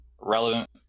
relevant